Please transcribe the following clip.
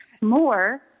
more